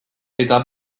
eta